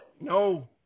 No